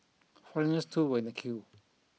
foreigners too were in the queue